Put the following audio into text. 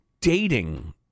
dating